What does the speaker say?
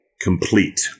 complete